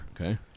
Okay